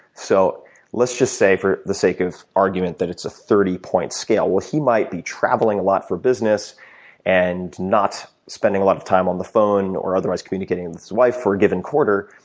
so let's just say for the sake of argument that it's a thirty point scale. well, he might be traveling a lot for business and not spending a lot of time on the phone or otherwise communicating with his wife for a given quarter.